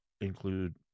include